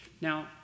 Now